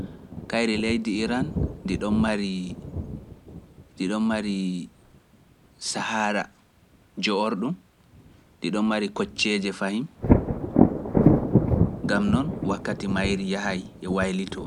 Kayre leydi Iran ndi ɗon mari Sahara joorɗo ndi ɗon mari kocceeje fahamu. Gam non wakkati mayri yahayi e wayli to.